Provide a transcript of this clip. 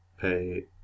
pay